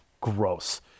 gross